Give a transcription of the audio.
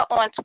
on